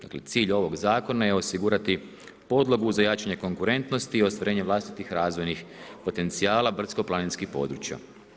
Dakle cilj ovog zakona je osigurati podlogu za jačanje konkurentnosti i ostvarenje vlastitih razvojnih potencijala brdsko-planinskih područja.